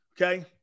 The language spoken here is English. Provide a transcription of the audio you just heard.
Okay